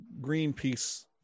Greenpeace